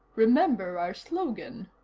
remember our slogan.